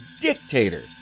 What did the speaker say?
dictator